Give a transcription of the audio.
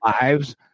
lives